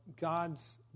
God's